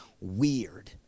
weird